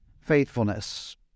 faithfulness